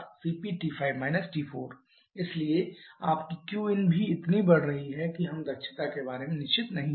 cpT5 T4 इसलिए आपकी qin भी इतनी बढ़ रही है कि हम दक्षता के बारे में निश्चित नहीं हैं